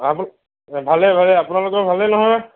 ভালেই ভালেই আপোনালোকৰ ভালেই নহয়